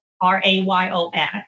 R-A-Y-O-S